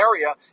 area